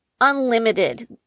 unlimited